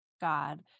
God